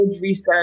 research